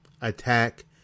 attack